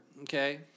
okay